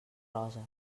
roses